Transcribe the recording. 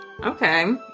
Okay